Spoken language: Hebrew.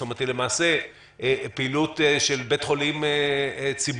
זאת אומרת של בית חולים ציבורי,